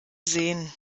sehen